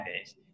days